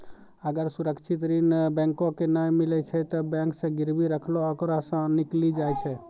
अगर सुरक्षित ऋण बैंको के नाय मिलै छै तै बैंक जे गिरबी रखलो ओकरा सं निकली जाय छै